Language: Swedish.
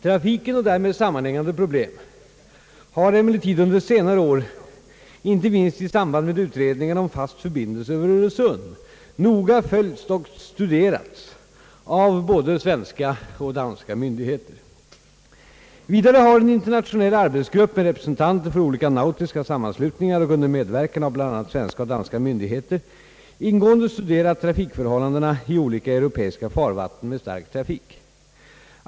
Trafiken och därmed sammanhängande problem har emellertid under senare år inte minst i samband med utredningarna om fast förbindelse över Öresund noga följts och studerats av både svenska och danska myndigheter. Vidare har en internationell arbetsgrupp med representanter för olika nautiska sammanslutningar och under medverkan av bl.a. svenska och danska myndigheter ingående studerat trafikförhållandena i olika europeiska farvatten med stark trafik.